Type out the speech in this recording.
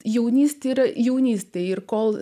jaunystė yra jaunystė ir kol